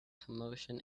commotion